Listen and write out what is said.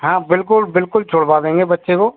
हाँ बिल्कुल बिल्कुल छुड़वा देंगे बच्चे को